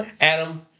Adam